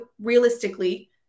realistically